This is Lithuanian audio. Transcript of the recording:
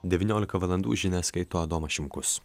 devyniolika valandų žinias skaito adomas šimkus